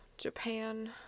Japan